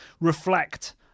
reflect